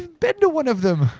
been to one of them.